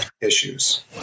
issues